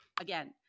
again